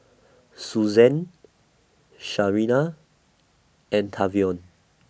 Suzanne Sarina and Tavion